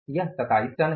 यह 27 टन है